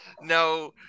No